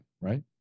right